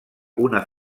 una